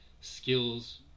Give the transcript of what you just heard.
skills